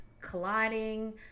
colliding